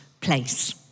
place